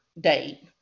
date